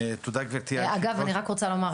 אגב, אני רק רוצה לומר,